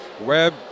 web